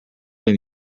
been